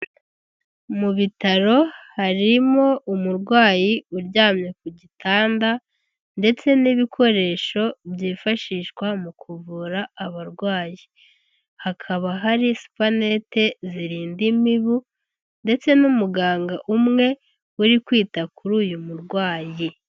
Mu bitaro harimo umurwayi uryamye ku gitanda, ndetse n'ibikoresho byifashishwa mu kuvura abarwayi. Hakaba hari sipanete zirinda imibu, ndetse n'umuganga umwe, uri kwita kuri uyu murwayi.